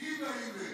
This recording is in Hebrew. ויווה, איווט.